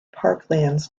parklands